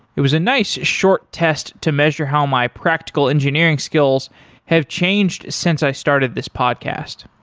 it was a nice short test to measure how my practical engineering skills have changed since i started this podcast.